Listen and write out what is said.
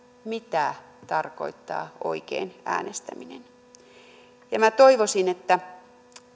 mitä tarkoittaa oikein äänestäminen minä toivoisin että